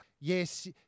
Yes